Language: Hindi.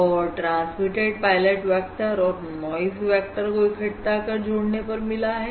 और ट्रांसमिटेड पायलट वेक्टर और नाइज वेक्टर को इकट्ठा कर जोड़ने पर मिला है